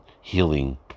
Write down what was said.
healing